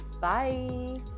bye